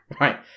Right